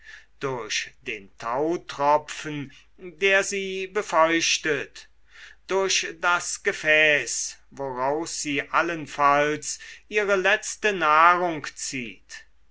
durch den tautropfen der sie befeuchtet durch das gefäß woraus sie allenfalls ihre letzte nahrung zieht